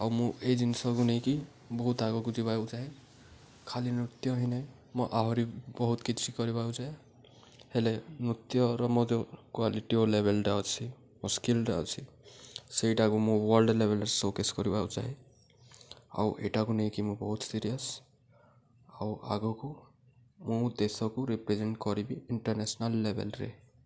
ଆଉ ମୁଁ ଏଇ ଜିନିଷକୁ ନେଇକି ବହୁତ ଆଗକୁ ଯିବାକୁ ଚାହେଁ ଖାଲି ନୃତ୍ୟ ହିଁ ନାହିଁ ମୁଁ ଆହୁରି ବହୁତ କିଛି କରିବାକୁ ହେଲେ ନୃତ୍ୟର ମୋ ଯେଉଁ କ୍ଵାଲିଟି ଓ ଲେଭେଲ୍ଟା ଅଛି ଓ ସ୍କିଲ୍ଟା ଅଛି ସେଇଟାକୁ ମୁଁ ୱାର୍ଲଡ଼ ଲେଭେଲ୍ରେ ସକ୍ସେସ୍ କରିବାକୁ ଚାହେଁ ଆଉ ଏଇଟାକୁ ନେଇକି ମୁଁ ବହୁତ ସିରିୟସ୍ ଆଉ ଆଗକୁ ମୁଁ ଦେଶକୁ ରିପ୍ରେଜେଣ୍ଟ କରିବି ଇଣ୍ଟର୍ ନ୍ୟାସନାଲ୍ ଲେଭେଲ୍ରେ